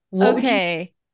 okay